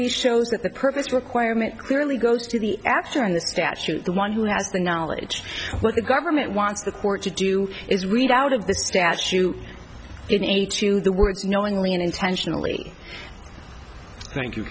these shows that the purpose requirement clearly goes to the action the statute the one who has the knowledge of what the government wants the court to do is read out of the statute in eighty two the words knowingly and intentionally thank you